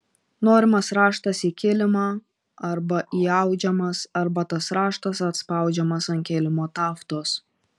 norimas raštas į kilimą arba įaudžiamas arba tas raštas atspaudžiamas ant kilimo taftos